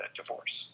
divorce